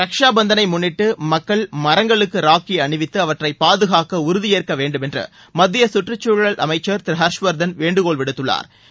ரக்ஷா பந்தனை முன்னிட்டு மக்கள் மரங்களுக்கு ராக்கி அணிவித்து அவற்றை பாதுகாக்க உறுதி ஏற்க வேண்டுமென்று மத்திய கற்றுச்சூழல் அமைச்சா் திரு ஹாஷ்வா்தன் வேண்டுகோள் விடுத்துள்ளாா்